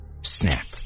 Snap